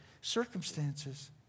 circumstances